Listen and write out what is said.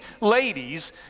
ladies